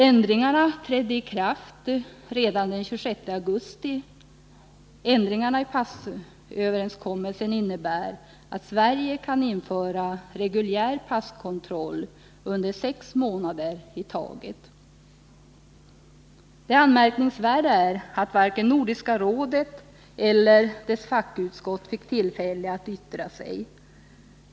Ändringarna trädde i kraft redan den 26 augusti. De innebär att Sverige kan införa reguljär passkontroll under sex månader i taget. Det anmärkningsvärda är att varken Nordiska rådet eller dess fackutskott fick tillfälle att yttra sig.